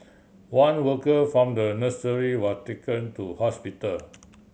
one worker from the nursery was taken to hospital